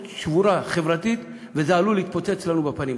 שבורה, חברתית, וזה עלול להתפוצץ לנו בפנים.